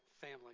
family